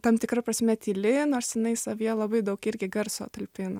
tam tikra prasme tyli nors jinai savyje labai daug irgi garso talpina